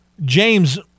James